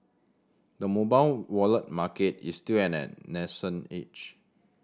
the mobile wallet market is still at an nascent age